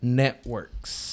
networks